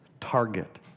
target